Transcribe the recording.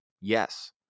Yes